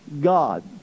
God